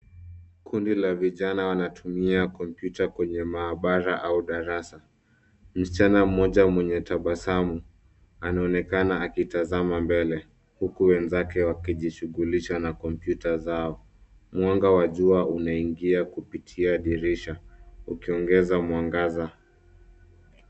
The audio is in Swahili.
Kundi la vijana wanatumia kompyuta kwenye maabara au darasa. Msichana mmoja mwenye tabasamu, anaonekana akitazama mbele uku wenzake wakijishughulisha na kompyuta zao. Mwanga wa jua unaingia kupitia dirisha ukiongeza mwangaza.